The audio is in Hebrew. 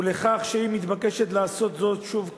ולכך שהיא מתבקשת לעשות זאת שוב כעת,